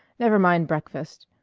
never mind breakfast.